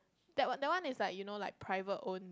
that one that one is like you know private own